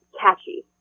catchy